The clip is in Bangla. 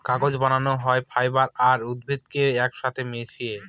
কাগজ বানানো হয় ফাইবার আর উদ্ভিদকে এক সাথে মিশিয়ে